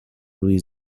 روی